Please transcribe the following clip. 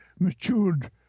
Matured